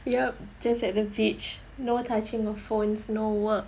yup just at the beach no touching of phones no work